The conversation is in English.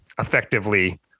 effectively